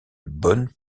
bonne